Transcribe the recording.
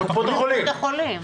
לקופות החולים.